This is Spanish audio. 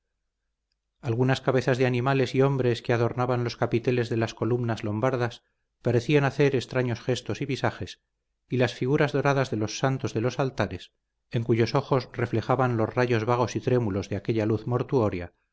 algunas cabezas de animales y hombres que adornaban los capiteles de las columnas lombardas parecían hacer extraños gestos y visajes y las figuras doradas de los santos de los altares en cuyos ojos reflejaban los rayos vagos y trémulos de aquella luz mortuoria